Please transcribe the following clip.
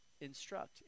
Instruct